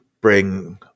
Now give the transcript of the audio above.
bring